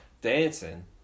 dancing